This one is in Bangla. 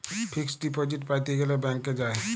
ফিক্সড ডিপজিট প্যাতে গ্যালে ব্যাংকে যায়